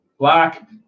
Black